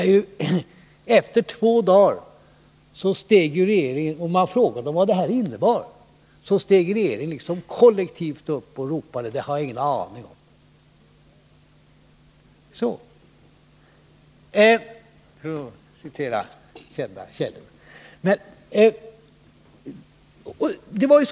När man efter två dagar frågade regeringen vad förslaget innebar, steg regeringen liksom kollektivt upp och ropade, för att citera kända källor: Det har vi ingen aning om!